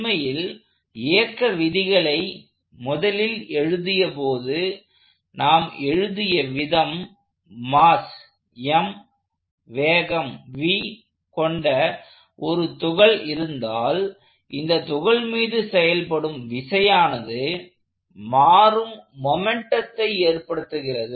உண்மையில் இயக்க விதிகளை முதலில் எழுதியபோது நாம் எழுதிய விதம் மாஸ் m வேகம் v கொண்ட ஒரு துகள் இருந்தால் இந்த துகள் மீது செயல்படும் விசையானது மாறும் மொமெண்டத்தை ஏற்படுத்துகிறது